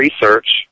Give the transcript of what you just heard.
research